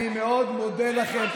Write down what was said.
אני מאוד מודה לכם.